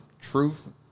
truth